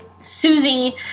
Susie